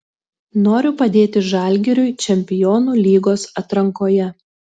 noriu padėti žalgiriui čempionų lygos atrankoje